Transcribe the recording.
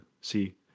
see